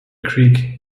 creek